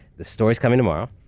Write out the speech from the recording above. this story's coming tomorrow.